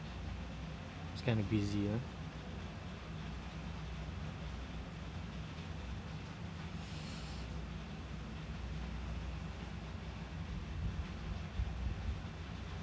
it's kind of busy ah